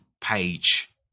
page